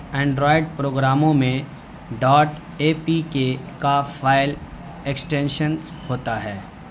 Android پروگراموں میں dot A P K کا فائل ایکسٹینشنس ہوتا ہے